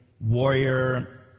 warrior